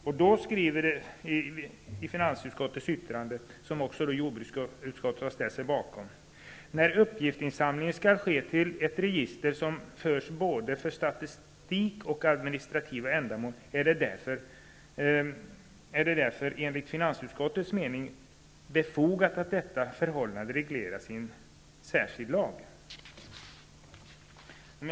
Finansutskottet skriver i sitt yttrande, som också jordbruksutskottet har ställt sig bakom: ''När uppgiftsinsamling skall ske till ett register som förs både för statistiska och administrativa ändamål är det därför enligt utskottets mening befogat att detta förhållande regleras i en särskild lag.''